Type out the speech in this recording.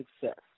success